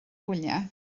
gwyliau